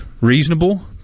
reasonable